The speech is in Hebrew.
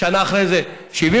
בשנה אחרי זה ב-70%,